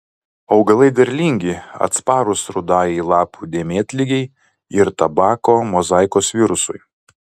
augalai derlingi atsparūs rudajai lapų dėmėtligei ir tabako mozaikos virusui